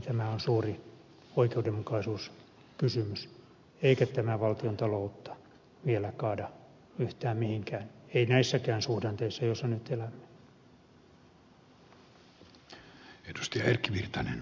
tämä on suuri oikeudenmukaisuuskysymys eikä tämä valtiontaloutta vielä kaada yhtään mihinkään ei näissäkään suhdanteissa joissa nyt elämme